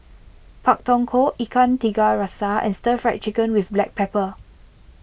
Pak Thong Ko Ikan Tiga Rasa and Stir Fried Chicken with Black Pepper